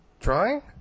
drawing